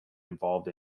involved